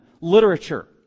literature